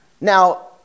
Now